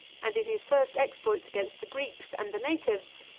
and in his first exploits against the greeks and the natives,